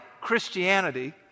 Christianity